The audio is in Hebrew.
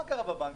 מה קרה בבנקים?